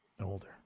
Older